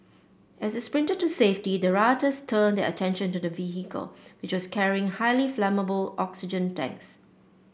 as they sprinted to safety the rioters turned their attention to the vehicle which was carrying highly flammable oxygen tanks